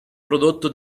prodotto